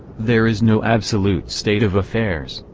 there is no absolute state of affairs,